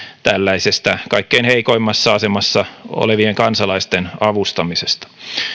tällaisesta kaikkein heikoimmassa asemassa olevien kansalaisten avustamisesta